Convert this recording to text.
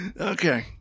Okay